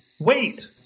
Wait